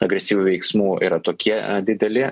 agresyvių veiksmų yra tokie dideli